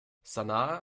sanaa